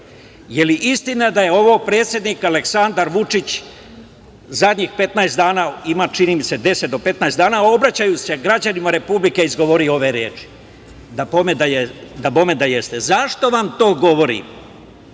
li istina da je ovo predsednik Aleksandar Vučić zadnjih 15 dana, ima, čini mi se, 10-15 dana obraćajući se građanima Republike izgovorio ove reči? Dabome da jeste. Zašto vam to govorim?